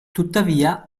tuttavia